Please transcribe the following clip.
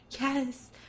Yes